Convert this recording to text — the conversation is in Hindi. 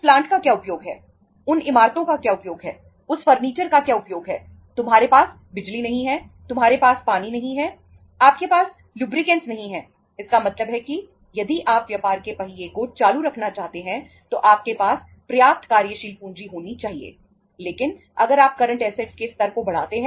प्लांट के स्तर को बढ़ाते हैं तो आप अपनी लागत बढ़ा रहे हैं